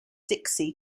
dixie